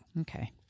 Okay